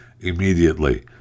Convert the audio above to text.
immediately